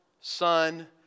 Son